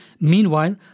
Meanwhile